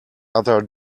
other